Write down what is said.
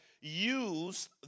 use